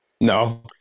No